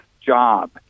job